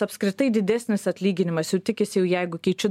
apskritai didesnis atlyginimas jau tikisi jau jeigu keičiu